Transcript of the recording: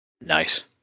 Nice